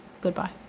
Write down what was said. goodbye